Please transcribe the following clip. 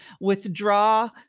withdraw